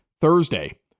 Thursday